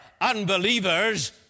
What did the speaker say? unbelievers